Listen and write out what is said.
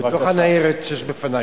מתוך הניירת שיש בפני.